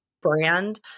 brand